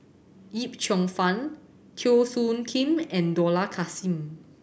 Yip Cheong Fun Teo Soon Kim and Dollah Kassim